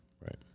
right